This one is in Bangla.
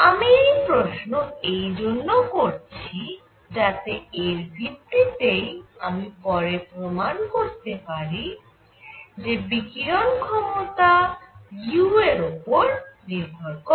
আমি এই প্রশ্ন এই জন্য করছি যাতে এর ভিত্তি তেই আমি পরে প্রমাণ করতে পারি যে বিকিরণ ক্ষমতা u এর উপর নির্ভর করে